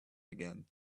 again